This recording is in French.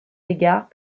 égards